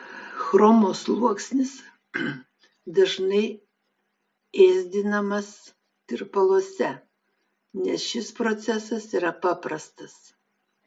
chromo sluoksnis dažnai ėsdinamas tirpaluose nes šis procesas yra paprastas